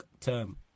term